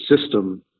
system